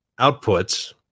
outputs